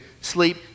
sleep